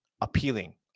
appealing